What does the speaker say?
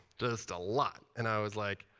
just a lot. and i was like,